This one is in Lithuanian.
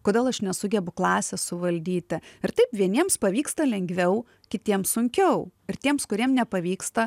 kodėl aš nesugebu klasės suvaldyti ir taip vieniems pavyksta lengviau kitiems sunkiau ir tiems kuriem nepavyksta